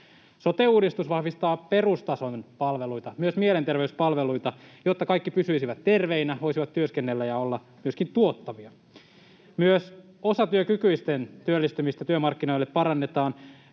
Sote-uudistus vahvistaa perustason palveluita, myös mielenter-veyspalveluita, jotta kaikki pysyisivät terveinä, voisivat työskennellä ja olla myöskin tuottavia. Myös osatyökykyisten työllistymistä työmarkkinoille parannetaan.